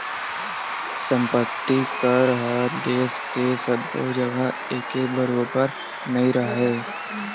संपत्ति कर ह देस के सब्बो जघा एके बरोबर नइ राहय